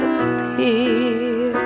appear